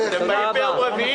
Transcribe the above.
מי ימות מזיהומים